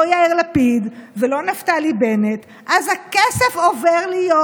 לא יאיר לפיד ולא נפתלי בנט, אז הכסף עובר להיות,